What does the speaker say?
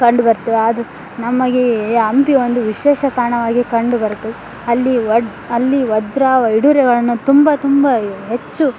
ಕಂಡು ಬರ್ತವೆ ಆದರೂ ನಮಗೆ ಹಂಪಿ ಒಂದು ವಿಶೇಷ ತಾಣವಾಗಿ ಕಂಡು ಬರ್ತವೆ ಅಲ್ಲಿ ವಡ್ ಅಲ್ಲಿ ವಜ್ರ ವೈಢೂರ್ಯಗಳನ್ನು ತುಂಬ ತುಂಬ ಹೆಚ್ಚು